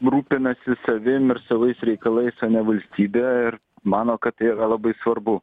rūpinasi savim ir savais reikalais o ne valstybe ir mano kad tai yra labai svarbu